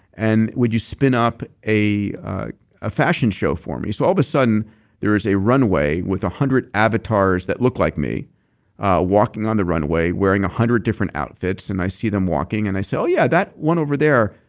and would you spin up a a fashion show for me? so all of a sudden there is a runway with a hundred avatars that look like me walking on the runway wearing a hundred different outfits and i see them walking and i say, yeah, that one over there,